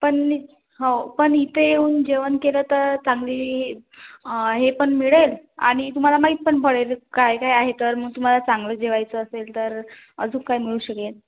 पण हो पण इथे येऊन जेवण केलं तर चांगली हे पण मिळेल आणि तुम्हाला माहीत पण पडेल काय काय आहे तर मग तुम्हाला चांगलं जेवायचं असेल तर अजून काय मिळू शकेल